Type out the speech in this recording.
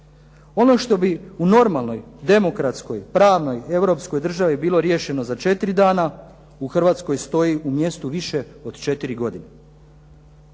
Ono što bi u normalnoj, demokratskoj, pravnoj, europskoj državi bilo riješeno za četiri dana, u Hrvatskoj stoji u mjestu više od četiri godine.